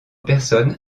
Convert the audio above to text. personne